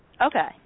Okay